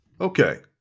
Okay